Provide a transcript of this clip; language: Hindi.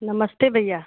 नमस्ते भैया